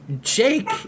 Jake